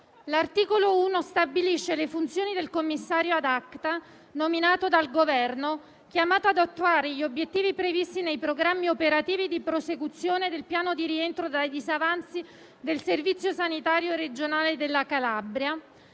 L'articolo 1 stabilisce le funzioni del commissario *ad acta* nominato dal Governo, chiamato ad attuare gli obiettivi previsti nei programmi operativi di prosecuzione del piano di rientro dai disavanzi del servizio sanitario regionale della Calabria